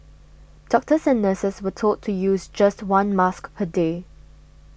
doctors and nurses were told to use just one mask per day